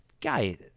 guy